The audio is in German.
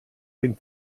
den